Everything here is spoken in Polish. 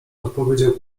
odpowiedział